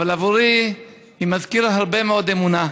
אבל עבורי היא מזכירה הרבה מאוד אמונה.